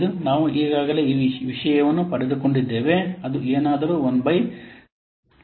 5 ನಾವು ಈಗಾಗಲೇ ಈ ವಿಷಯವನ್ನು ಪಡೆದುಕೊಂಡಿದ್ದೇವೆ ಅದು ಏನಾದರೂ 1 ಬೈ 400 ಎಂದು